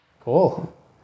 Cool